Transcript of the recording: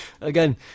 Again